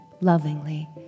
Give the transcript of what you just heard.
lovingly